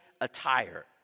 attire